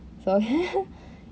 so